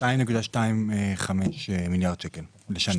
2.25 מיליארד שקל לשנה.